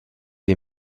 les